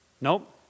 Nope